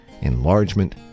enlargement